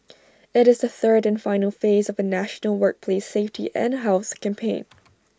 IT is the third and final phase of A national workplace safety and health campaign